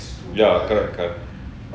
ya correct correct